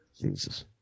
Jesus